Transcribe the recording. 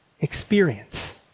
experience